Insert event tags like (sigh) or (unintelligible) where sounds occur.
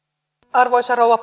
arvoisa rouva (unintelligible)